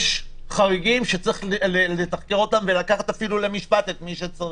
יש חריגים שצריך לתחקר אותם ולקחת אפילו למשפט את מי שצריך,